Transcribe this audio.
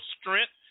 strength